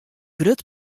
grut